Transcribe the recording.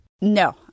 No